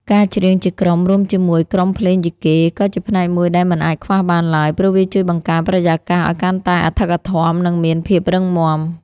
ការច្រៀងជាក្រុមរួមជាមួយក្រុមភ្លេងយីកេ ក៏ជាផ្នែកមួយដែលមិនអាចខ្វះបានឡើយ ព្រោះវាជួយបង្កើនបរិយាកាសឱ្យកាន់តែអធិកអធម និងមានភាពរឹងមាំ។